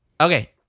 okay